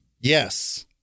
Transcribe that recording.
Yes